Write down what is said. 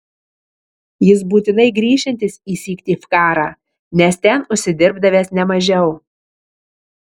jis būtinai grįšiantis į syktyvkarą nes ten užsidirbdavęs ne mažiau